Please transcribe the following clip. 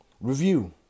Review